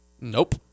Nope